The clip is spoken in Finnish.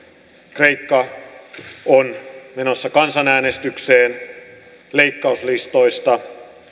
kreikka on menossa kansanäänestykseen leikkauslistoista